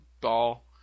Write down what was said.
ball